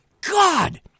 God